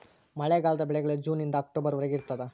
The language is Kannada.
ಮಳೆಗಾಲದ ಬೆಳೆಗಳು ಜೂನ್ ನಿಂದ ಅಕ್ಟೊಬರ್ ವರೆಗೆ ಇರ್ತಾದ